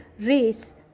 race